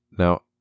Now